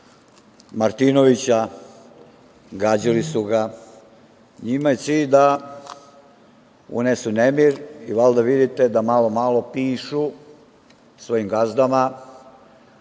Martinovića, gađali su ga, njima je cilj da unesu nemir i valjda vidite, da malo-malo pišu svojim gazdama